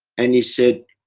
and he said,